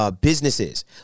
Businesses